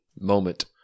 moment